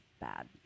bad